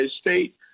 state